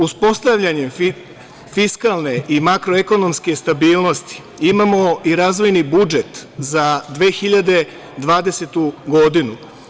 Uspostavljanjem fiskalne i makroekonomske stabilnosti imamo i razvojni budžet za 2020. godinu.